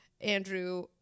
Andrew